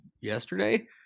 yesterday